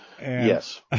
Yes